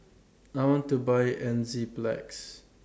I want to Buy Enzyplex